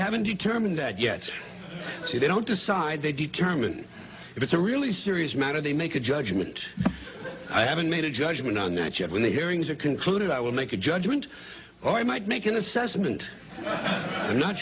haven't determined that yet so they don't decide they determine if it's a really serious matter they make a judgment i haven't made a judgement on that yet when the hearings are concluded i will make a judgment or i might make an assessment i'm not